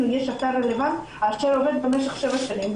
יש אתר רלבנטי אשר עובד במשך שבע שנים,